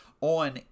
on